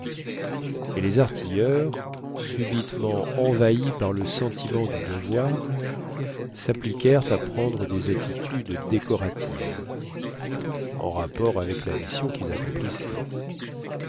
et les artilleurs subitement envahis par le sentiment du devoir sappliquèrent à prendre des attitudes décoratives en rapport avec la mission quils accomplissaient